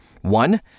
one